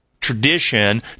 tradition